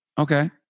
Okay